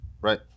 Right